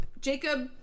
Jacob